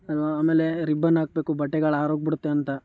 ಅಲ್ಲವಾ ಆಮೇಲೆ ರಿಬ್ಬನ್ ಹಾಕ್ಬೇಕು ಬಟ್ಟೆಗಳು ಹಾರೋಗ್ಬಿಡುತ್ತೆ ಅಂತ